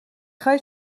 خوای